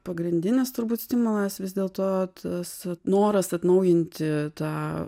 pagrindinis turbūt stimulas vis dėlto tas noras atnaujinti tą